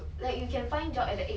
no lah siao